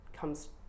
comes